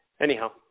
Anyhow